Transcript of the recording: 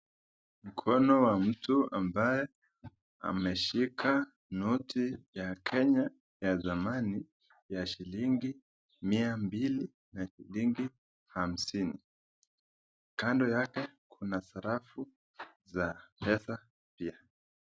Mkono wa mtu ambaye ameshika noti ya Kenya ya samani ya shilingi mia mbili na shilingi hamsini, kando yake kuna sarafu za pesa pia.